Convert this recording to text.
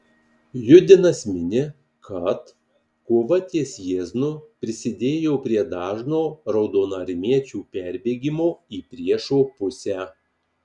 judinas mini kad kova ties jieznu prisidėjo prie dažno raudonarmiečių perbėgimo į priešo pusę